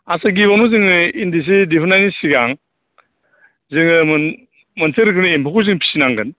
आच्चा गिबियावनो जोङो इन्दि सि दिहुननायनि सिगां जोङो मोनसे रोखोमनि एम्फौखौ जों फिसिनांगोन